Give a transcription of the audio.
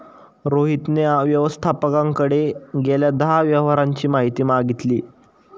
रोहितने व्यवस्थापकाकडे गेल्या दहा व्यवहारांची माहिती मागितली